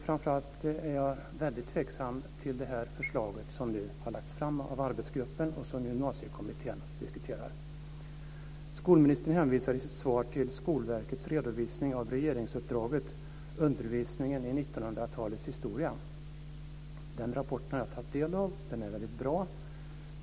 Framför allt är jag väldigt tveksam till det förslag som nu har lagts fram av arbetsgruppen och som Gymnasiekommittén diskuterar. Skolministern hänvisar i sitt svar till Skolverkets redovisning av regeringsuppdraget att granska undervisningen i 1900-talets historia. Jag har tagit del av den rapporten, och den är väldigt bra.